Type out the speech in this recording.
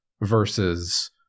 versus